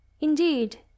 indeed